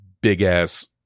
big-ass